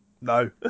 No